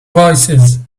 voicesand